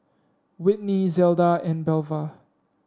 Whitney Zelda and Belva